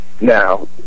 now